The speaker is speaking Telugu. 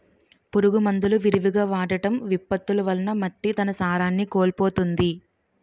పురుగు మందులు విరివిగా వాడటం, విపత్తులు వలన మట్టి తన సారాన్ని కోల్పోతుంది